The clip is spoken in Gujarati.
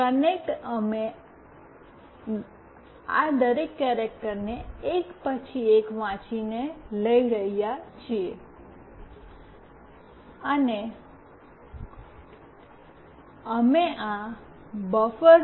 કોનકેટ અમે આ દરેક કેરેક્ટરને એક પછી એક વાંચીને લઈ રહ્યા છીએ અને અમે આ બફર